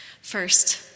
First